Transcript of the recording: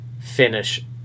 finish